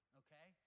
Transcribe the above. okay